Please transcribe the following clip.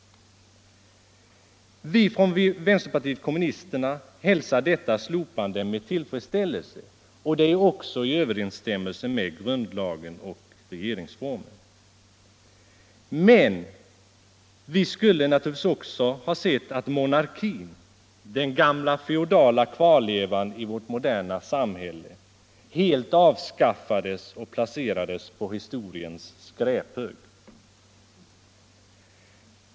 Vi från vänsterpartiet kommunisterna hälsar detta slopande med tillfredsställelse, och slopandet är också i överensstämmelse med grundlagen och regeringsformen. Men vi skulle också naturligtvis helst sett att monarkin — den gamla feodala kvarlevan i vårt moderna samhälle — helt avskaffades och placerades på historiens skräphög.